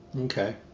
Okay